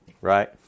right